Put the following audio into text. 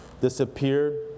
disappeared